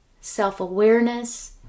self-awareness